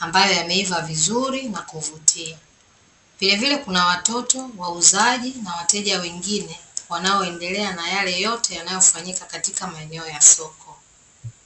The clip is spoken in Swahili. ambayo yameiva vizuri na kuvutia. Vilevile kuna watoto wauzaji na wateja wengine, wanaoendelea na yale yote yanayofanyika katika maeneo ya soko.